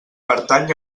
pertany